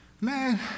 Man